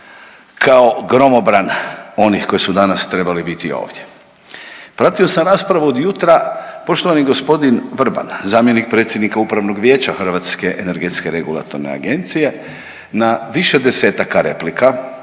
kao gromobran onih koji su danas trebali biti ovdje. Pratio sam raspravu od jutra, poštovani g. Vrban, zamjenik predsjednika upravnog vijeća HERA-e na više desetaka replika